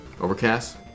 Overcast